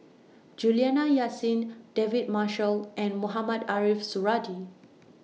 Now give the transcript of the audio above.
Juliana Yasin David Marshall and Mohamed Ariff Suradi